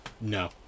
no